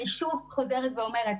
אני שוב חוזרת ואומרת,